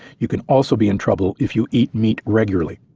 you can also be in trouble if you eat meat regularly.